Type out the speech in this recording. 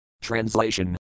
Translation